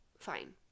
Fine